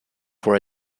for